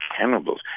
cannibals